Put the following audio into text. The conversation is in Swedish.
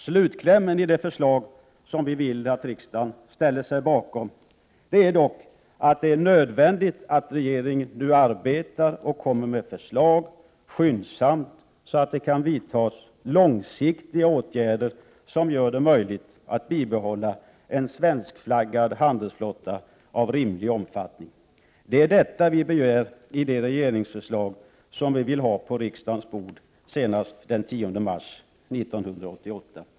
Slutklämmen i det förslag som vi vill att riksdagen ställer sig bakom är att det är nödvändigt att regeringen arbetar och skyndsamt kommer med ett förslag, så att det kan vidtas långsiktiga åtgärder som gör det möjligt att bibehålla en svenskflaggad handelsflotta av rimlig omfattning. Det är detta vi begär att få i det regeringsförslag som vi vill ha på riksdagens bord senast den 10 mars 1988.